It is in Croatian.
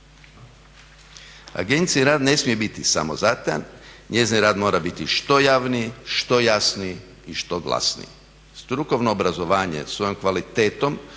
Agenciji rad ne smije biti samozatajan, njezin rad mora biti što javniji, što jasniji i što glasniji. Strukovno obrazovanje svojom kvalitetom